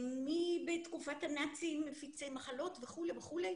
מתקופת הנאצים מפיצי מחלות וכולי וכולי